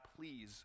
please